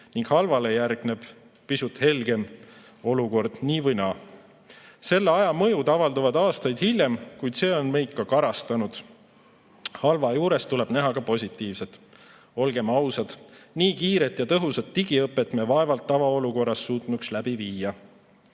ning halvale järgneb pisut helgem olukord nii või naa. Selle aja mõjud avalduvad aastaid hiljem, kuid see on meid karastanud. Halva juures tuleb näha ka positiivset. Olgem ausad, nii kiiret ja tõhusat digiõpet me vaevalt tavaolukorras suutnuks läbi viia.